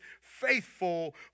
faithful